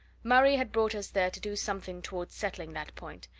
murray had brought us there to do something towards settling that point,